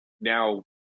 now